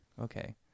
Okay